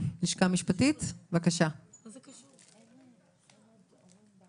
שקשה למדינה לקבל כל מיני דברים שהם יותר מתקדמים או שהם שוברים חוקים,